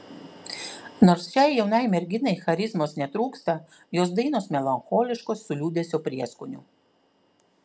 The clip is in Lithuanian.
nors šiai jaunai merginai charizmos netrūksta jos dainos melancholiškos su liūdesio prieskoniu